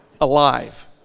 alive